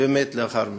ומת לאחר מכן.